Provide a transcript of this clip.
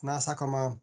na sakoma